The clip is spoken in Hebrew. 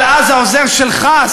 אבל אז העוזר שלך,